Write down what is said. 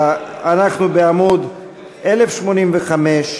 אנחנו בעמוד 1085,